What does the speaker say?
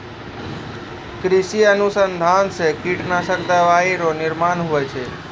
कृषि अनुसंधान से कीटनाशक दवाइ रो निर्माण हुवै छै